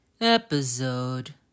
Episode